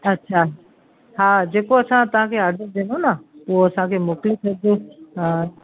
अच्छा हा जेको असां तव्हांखे आडर ॾिनो न उहो असांखे मोकिले छॾिजोसि हा